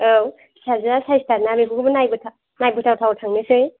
औ फिसाजोया साइसथारना बेखौबो नायबोथाव नायबोथावथाव थांनोसै